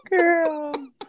Girl